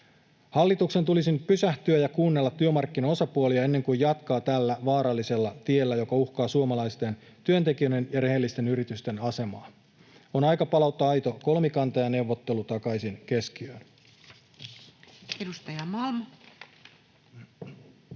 Hallituksen tulisi nyt pysähtyä ja kuunnella työmarkkinaosapuolia ennen kuin jatkaa tällä vaarallisella tiellä, joka uhkaa suomalaisten työntekijöiden ja rehellisten yritysten asemaa. On aika palauttaa aito kolmikanta ja neuvottelu takaisin keskiöön. Edustaja Malm.